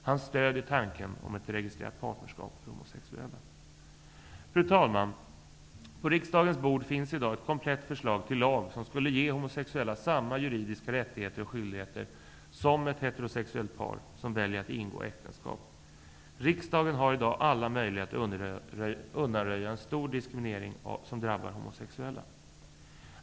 Han stöder tanken på ett registrerat partnerskap för homosexuella. Fru talman! På riksdagens bord finns i dag ett komplett förslag till lag som skulle ge homosexuella samma juridiska rättigheter och skyldigheter som ett heterosexuellt par som väljer att ingå äktenskap. Riksdagen har i dag alla möjligheter att undanröja en stor diskriminering som drabbar homosexuella.